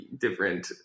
different